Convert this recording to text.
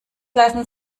lassen